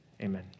Amen